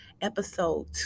episode